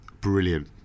brilliant